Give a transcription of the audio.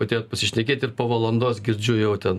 atėjot pasišnekėti ir po valandos girdžiu jau ten